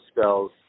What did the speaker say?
spells